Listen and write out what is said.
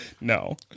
No